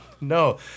No